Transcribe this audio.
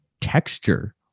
texture